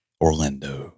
Orlando